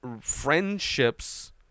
friendships